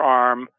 arm